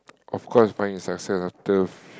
of course find it a success after f~